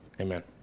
Amen